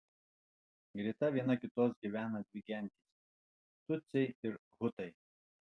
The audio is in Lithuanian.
greta viena kitos gyvena dvi gentys tutsiai ir hutai